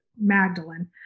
Magdalene